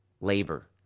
labor